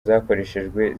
zakoreshejwe